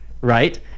right